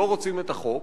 לא רוצים את החוק,